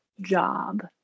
job